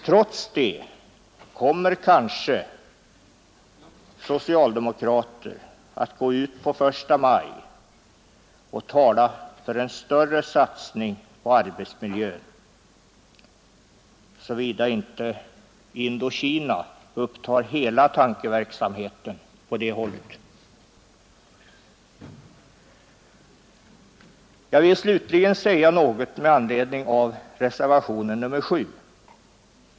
Trots det kommer kanske socialdemokraterna att gå ut första maj och tala för en större satsning på arbetsmiljön, såvida inte Indokina upptar hela tankeverksamheten på det hållet. Jag vill slutligen säga något med anledning av reservationen 7.